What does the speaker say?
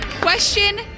Question